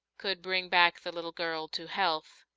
could bring back the little girl to health.